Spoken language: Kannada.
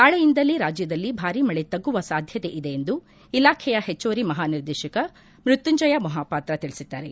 ನಾಳೆಯಿಂದಲೇ ರಾಜ್ಯದಲ್ಲಿ ಭಾರೀ ಮಳೆ ತಗ್ಗುವ ಸಾಧ್ಯತೆ ಇದೆ ಎಂದು ಇಲಾಖೆಯ ಹೆಚ್ಚುವರಿ ಮಹಾನಿರ್ದೇಶಕ ಮೃತ್ಯುಂಜಯ ಮೊಹಾಪಾತ್ರ ತಿಳಿಸಿದ್ದಾರೆ